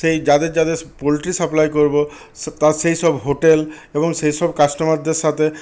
সেই যাদের যাদের পোলট্রি সাপ্লাই করবো তা সেই সব হোটেল এবং সে সব কাস্টমারদের সাথে